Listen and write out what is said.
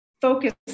focus